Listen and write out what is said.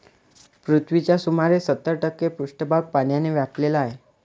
पृथ्वीचा सुमारे सत्तर टक्के पृष्ठभाग पाण्याने व्यापलेला आहे